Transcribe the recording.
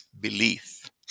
belief